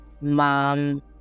Mom